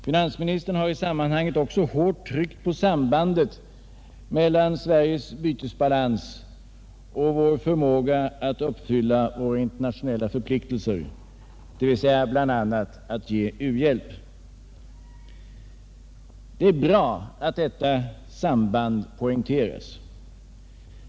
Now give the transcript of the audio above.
Finansministern har i det sammanhanget också tryckt hårt på sambandet mellan Sveriges bytesbalans och vår förmåga att uppfylla våra internationella förpliktelser, dvs. bl.a. att ge u-hjälp. Det är bra att detta samband poängteras.